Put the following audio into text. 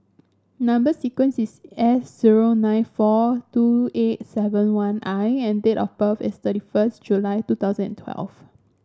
number sequence is S zero nine four two eight seven one I and date of birth is thirty first July two thousand and twelve